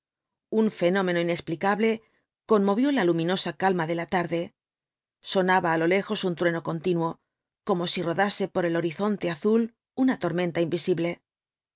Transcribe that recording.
un fenómeno inexplicable conmovió la luminosa calma de la tarde sonaba á lo lejos un trueno continuo como si rodase por el horizonte azul una tormenta invisible